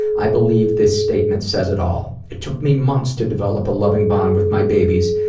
i believe this statement says it all. it took me months to develop a loving bond with my babies,